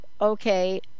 okay